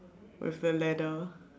with the ladder